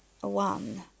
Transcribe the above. one